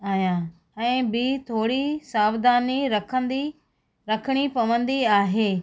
आहियां ऐं ॿी थोरी सावधानी रखंदी रखिणी पवंदी आहे